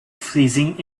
freezing